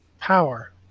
power